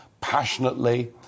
passionately